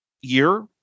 year